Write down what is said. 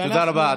תודה רבה.